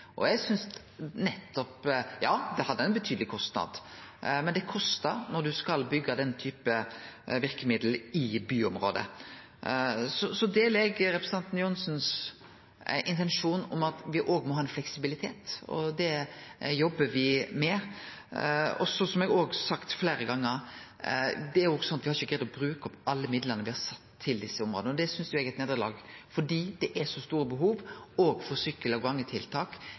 Ja, det hadde ein betydeleg kostnad, men det kostar når ein skal byggje den typen verkemiddel i byområde. Så deler eg representanten Johnsens intensjon om at me må ha ein fleksibilitet, og det jobbar me med. Og som eg har sagt fleire gonger, er det slik at me ikkje har greidd å bruke opp alle midlane me har sett av til desse områda. Det synest eg er eit nederlag, for det er så store behov for sykkel- og